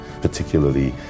particularly